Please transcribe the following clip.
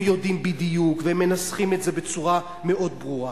הם יודעים בדיוק והם מנסחים את זה בצורה מאוד ברורה.